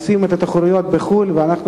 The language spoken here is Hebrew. בתחרויות בחוץ-לארץ.